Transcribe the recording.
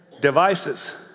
devices